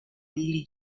billy